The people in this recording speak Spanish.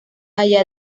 allá